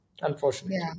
unfortunately